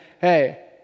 hey